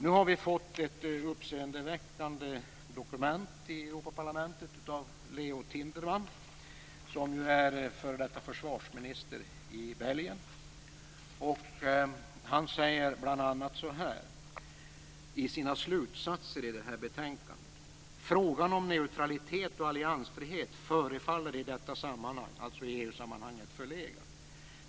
Vi har nu fått ett uppseendeväckande dokument i Europaparlamentet. Det är ett betänkande av Leo Han säger bl.a. så här i sina slutsatser i betänkandet: "Frågan om neutralitet och alliansfrihet förefaller i detta sammanhang" - dvs. i EU-sammanhanget - "förlegad.